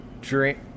drink